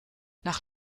nach